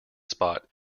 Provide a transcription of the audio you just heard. spot